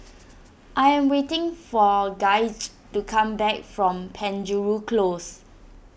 I am waiting for Gaige to come back from Penjuru Close